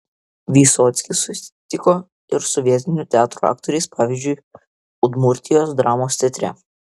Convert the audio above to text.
vysockis susitiko ir su vietinių teatrų aktoriais pavyzdžiui udmurtijos dramos teatre